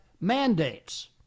mandates